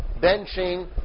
Benching